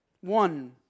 One